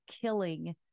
killing